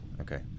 Okay